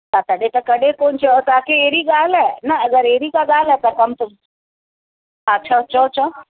तव्हां तॾहिं त कॾहिं कोन चयो तव्हांखे अहिड़ी ॻाल्हि आहे न अगरि अहिड़ी का ॻाल्हि आहे त कमु तो हा चओ चओ चओ